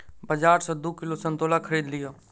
बाजार सॅ दू किलो संतोला खरीद लिअ